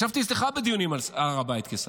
ישבתי אצלך בדיונים על הר הבית, כשר.